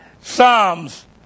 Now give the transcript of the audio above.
Psalms